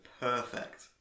perfect